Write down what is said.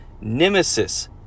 Nemesis